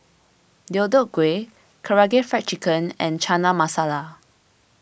Deodeok Gui Karaage Fried Chicken and Chana Masala